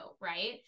right